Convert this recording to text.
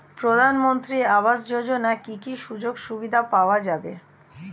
প্রধানমন্ত্রী আবাস যোজনা কি কি সুযোগ সুবিধা পাওয়া যাবে?